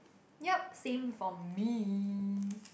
yup same for me